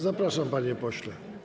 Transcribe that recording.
Zapraszam, panie pośle.